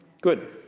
Good